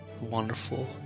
wonderful